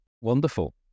Wonderful